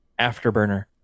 Afterburner